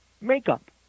makeup